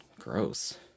gross